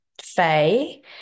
Faye